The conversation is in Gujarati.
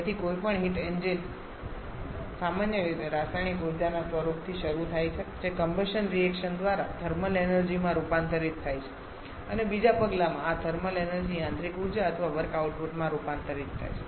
તેથી કોઈપણ હીટ એન્જીન સામાન્ય રીતે રાસાયણિક ઉર્જાના સ્વરૂપથી શરૂ થાય છે જે કમ્બશન રિએક્શન દ્વારા થર્મલ એનર્જી માં રૂપાંતરિત થાય છે અને બીજા પગલામાં આ થર્મલ એનર્જી યાંત્રિક ઉર્જા અથવા વર્ક આઉટપુટમાં રૂપાંતરિત થાય છે